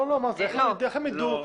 איך הם ידעו?